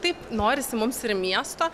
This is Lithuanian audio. taip norisi mums ir miesto